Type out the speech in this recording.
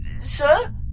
sir